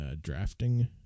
drafting